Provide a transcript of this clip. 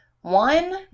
One